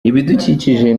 ibidukikije